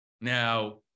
Now